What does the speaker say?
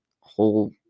whole